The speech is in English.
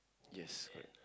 yes